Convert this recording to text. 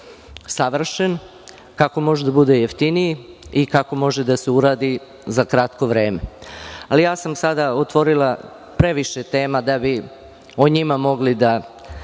savršen, kako može da bude jeftiniji i kako može da se uradi za kratko vreme. Sada sam otvorila previše tema, da bi o njima mogli da